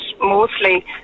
mostly